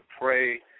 pray